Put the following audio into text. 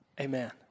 Amen